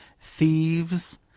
thieves